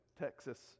Texas